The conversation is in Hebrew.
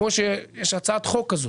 כמו שיש הצעת החוק כזאת,